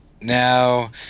now